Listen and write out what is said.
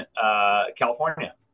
California